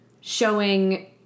showing